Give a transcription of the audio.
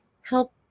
help